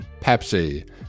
pepsi